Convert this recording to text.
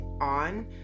on